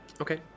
Okay